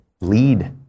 lead